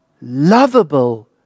lovable